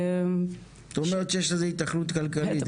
את אומרת שיש לזה היתכנות כלכלית?